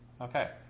Okay